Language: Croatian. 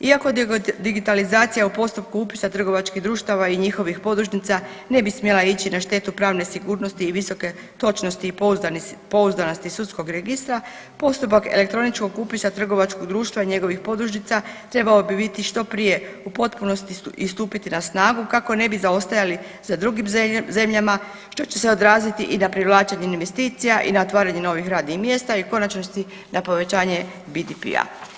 Iako digitalizacija u postupku upisa trgovačkih društava i njihovih podružnica ne bi smjela ići na štetu pravne sigurnosti i visoke točnosti i pouzdanosti sudskog registra postupak elektroničkog upisa trgovačkih društva, njegovih podružnica trebao bi biti što prije u potpunosti i stupiti na snagu kako ne bi zaostajali za drugim zemljama što će se odraziti i na privlačenje investicija i na otvaranje novih radnih mjesta i u konačnosti na povećanje BDP-a.